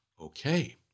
Okay